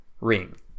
ring